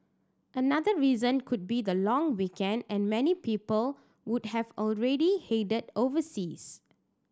another reason could be the long weekend and many people would have already headed overseas